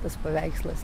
tas paveikslas